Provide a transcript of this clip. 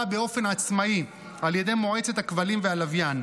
באופן עצמאי על ידי מועצת הכבלים והלוויין.